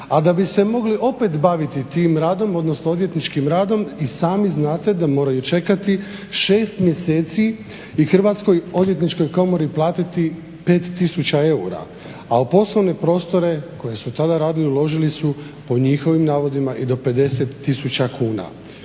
a da bi se mogli opet baviti odvjetničkim radom i sami znate da moraju čekati 6 mjeseci i Hrvatskoj odvjetničkoj komori platiti 5 tisuća eura, a u poslovne prostore u kojim su tada radili uložili su po njihovim navodima i do 50 tisuća kuna.